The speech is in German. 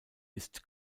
ist